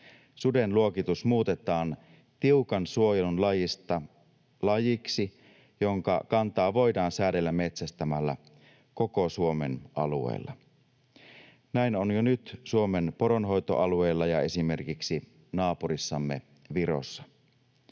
suden luokitus muutetaan tiukan suojelun lajista lajiksi, jonka kantaa voidaan säädellä metsästämällä koko Suomen alueella. Näin on jo nyt Suomen poronhoitoalueilla ja esimerkiksi naapurissamme Virossa.